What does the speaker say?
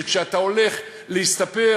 שכשאתה הולך להסתפר,